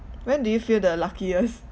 when do you feel the luckiest